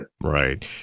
Right